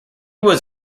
was